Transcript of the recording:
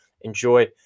enjoy